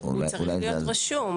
הוא צריך להיות רשום,